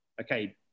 okay